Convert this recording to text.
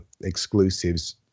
exclusives